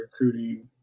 recruiting